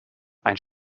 ein